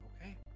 Okay